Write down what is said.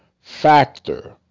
factor